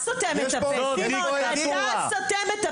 לימור סון הר מלך